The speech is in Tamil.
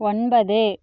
ஒன்பது